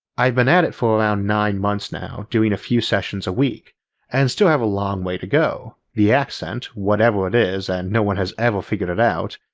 i've been at it for around nine months now doing a few sessions a week and still have a long way to go. the accent, whatever it is and no one has ever figured it out,